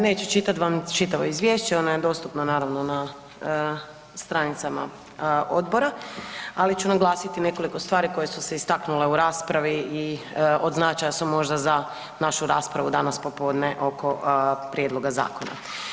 Neću čitati vam čitavo izvješće, ono je dostupno naravno na stranicama odbora, ali ću naglasiti nekoliko stvari koje su se istaknule u raspravi i od značaja su možda za našu raspravu danas popodne ovo prijedloga zakona.